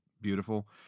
beautiful